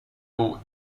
will